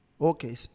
Okay